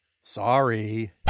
Sorry